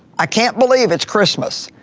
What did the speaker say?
i can't believe it's christmas,